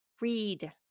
read